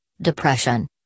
depression